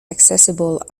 accessible